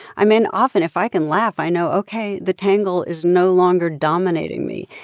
i mean, often if i can laugh, i know, ok, the tangle is no longer dominating me.